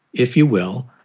if you will,